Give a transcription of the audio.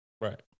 Right